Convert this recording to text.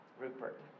Rupert